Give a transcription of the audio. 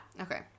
Okay